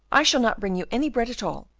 i shall not bring you any bread at all,